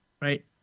right